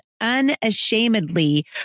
unashamedly